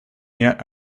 yet